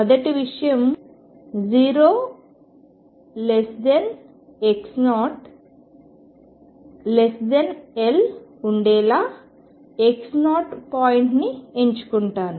మొదటి విషయం 0x0L ఉండేలా x0 పాయింట్ ని ఎంచుకుంటాను